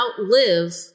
outlive